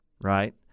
right